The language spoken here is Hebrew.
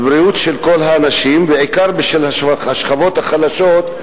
בבריאות של כל האנשים, בעיקר של השכבות החלשות,